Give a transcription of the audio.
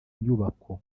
nyubako